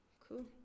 cool